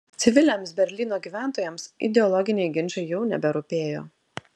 civiliams berlyno gyventojams ideologiniai ginčai jau neberūpėjo